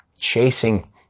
chasing